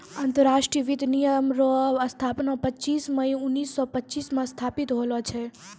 अंतरराष्ट्रीय वित्त निगम रो स्थापना पच्चीस मई उनैस सो पच्चीस मे स्थापित होल छै